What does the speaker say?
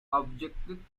objected